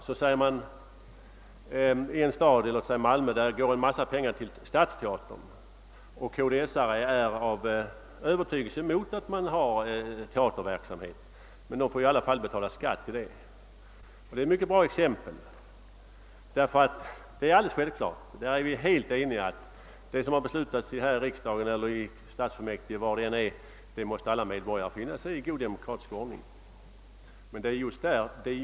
I en stad som Malmö anslås det mycket pengar till stadsteatern; och kds-medlemmarna som av övertygelse tar avstånd från teaterverksamhet får ändå betala skatt till detta ändamål. Detta är ett mycket bra exempel, eftersom det belyser det självklara förhållandet att alla medborgare i god demokratisk ordning måste finna sig i vad som bestäms i riksdagen, stadsfullmäktige eller andra politiskt beslutande församlingar.